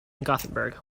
gothenburg